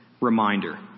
reminder